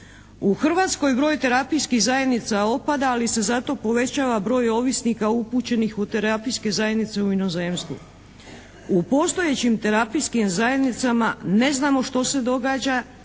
U Hrvatskoj broj terapijskih zajednica opada ali se zato povećava broj ovisnika upućenih u terapijske zajednice u inozemstvu. U postojećim terapijskim zajednicama ne znamo što se događa